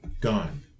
gone